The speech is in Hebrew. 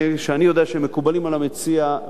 שאני יודע שהם מקובלים על המציע,